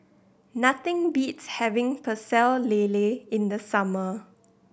nothing beats having Pecel Lele in the summer